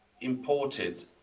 imported